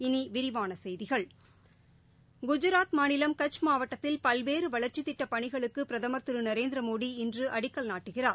இனி விரிவான செய்திகள குஜராத் மாநிலம் கட்ச் மாவட்டத்தில் பல்வேறு வளா்ச்சித் திட்டப் பணிகளுக்கு பிரதம் திரு நரேந்திரமோடி இன்று அடிக்கல் நாட்டுகிறார்